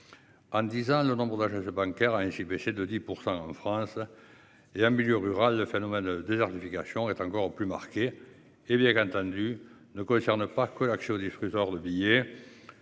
En disant le nombre je je bancaire a ainsi baissé de 10% en France. Et un milieu rural, le phénomène de désertification est encore plus marquée. Hé bien entendu ne concerne pas que l'accès aux diffuseurs de billets.